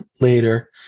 later